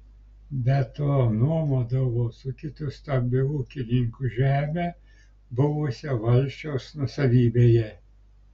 be to nuomodavo su kitu stambiu ūkininku žemę buvusią valsčiaus nuosavybėje